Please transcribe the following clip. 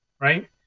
right